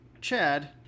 Chad